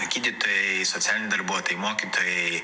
gydytojai socialiniai darbuotojai mokytojai